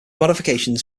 modifications